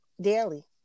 daily